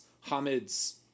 Hamid's